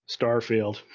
Starfield